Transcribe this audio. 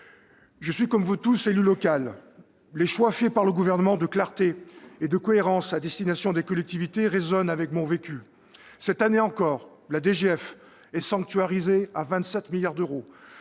Je suis, comme vous tous, élu local. Les choix faits par le Gouvernement de clarté et de cohérence à destination des collectivités résonnent avec mon vécu. Cette année encore, la dotation globale de